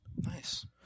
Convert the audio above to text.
Nice